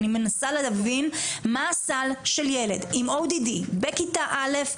אני מנסה להבין מה הסל של ילד עם ODD בכיתה א',